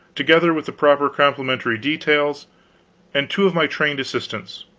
together with the proper complementary details and two of my trained assistants.